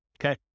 okay